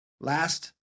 last